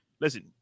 listen